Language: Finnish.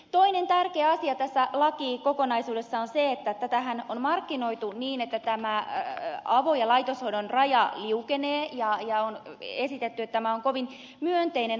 toinen tärkeä asia tässä lakikokonaisuudessa on se että tätähän on markkinoitu niin että tämä avo ja laitoshoidon raja liukenee ja on esitetty että tämä on kovin myönteinen asia